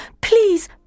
Please